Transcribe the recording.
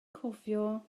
cofio